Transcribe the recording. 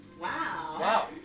Wow